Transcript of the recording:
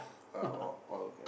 uh all all okay